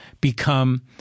become